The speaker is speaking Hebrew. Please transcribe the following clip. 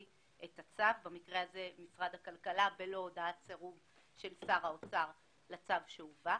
את הצו - במקרה הזה משרד הכלכלה בלא הודעת סירוב של שר האוצר לצו שהובא.